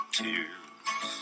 tears